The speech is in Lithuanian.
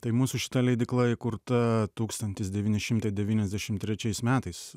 tai mūsų šita leidykla įkurta tūkstantis devyni šimtai devyniasdešimt trečiais metais